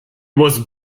was